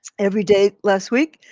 every day last week,